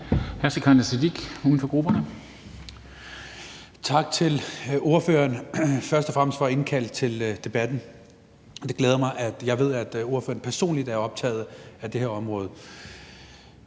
Sikandar Siddique (UFG): Tak til ordføreren først og fremmest for at indkalde til debatten. Jeg ved, at ordføreren personligt er optaget af det her område.